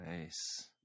Nice